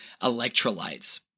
electrolytes